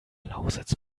lausitz